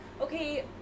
Okay